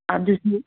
ꯑꯗꯨꯗꯤ